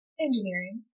engineering